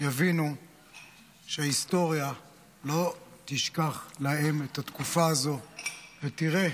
יבינו שההיסטוריה לא תשכח להם את התקופה הזו ותִראה